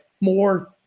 more